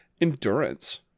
Endurance